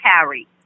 carry